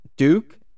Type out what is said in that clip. Duke